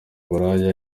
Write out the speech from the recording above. uburaya